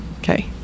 Okay